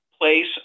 place